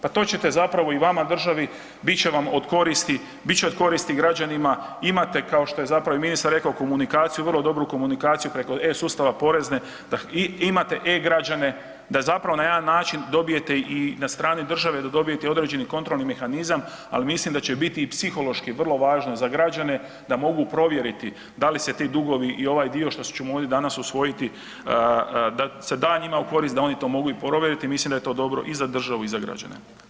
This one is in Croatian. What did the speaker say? Pa to ćete zapravo i vama državi bit će vam od koristi, bit će od koristi građanima imate kao što je zapravo i ministar rekao komunikaciju, vrlo dobru komunikaciju preko e-Sustava Porezne da imate e-Građane da na jedan način dobijete i na strani države da dobijete određeni kontrolni mehanizam, ali mislim da će biti i psihološki vrlo važno za građane da mogu provjeriti da li se ti dugovi i ovaj dio što ćemo ovdje danas usvojiti da se da njima u korist da oni to mogu i provjeriti i mislim da je to dobro i za državu i za građane.